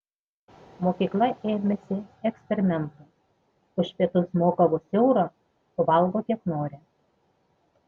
mokykla ėmėsi eksperimento už pietus moka vos eurą o valgo kiek nori